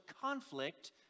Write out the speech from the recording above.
conflict